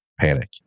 panic